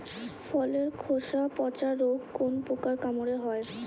ফলের খোসা পচা রোগ কোন পোকার কামড়ে হয়?